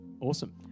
Awesome